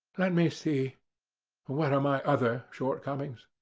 let me see what are my other shortcomings.